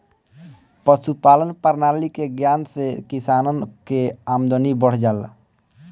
पशुपालान प्रणाली के ज्ञान से किसानन कअ आमदनी बढ़ जाला